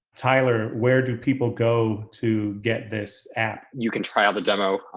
tyler, where do people go to get this app? you can try out the demo.